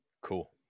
cool